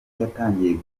yatangiye